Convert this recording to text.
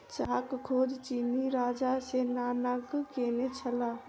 चाहक खोज चीनी राजा शेन्नॉन्ग केने छलाह